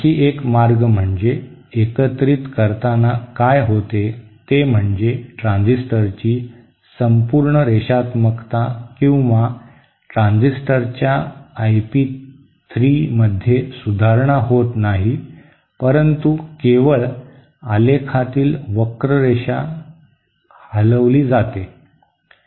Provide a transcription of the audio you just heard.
आणखी एक मार्ग म्हणजे एकत्रित करताना काय होते ते म्हणजे ट्रान्झिस्टरची संपूर्ण रेषात्मकता किंवा ट्रान्झिस्टरच्या आय पी 3 मध्ये सुधारणा होत नाही परंतु केवळ आलेखातील वक्ररेषा हलविली जाते